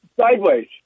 sideways